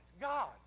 God